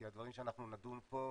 כי הדברים שאנחנו נדון פה,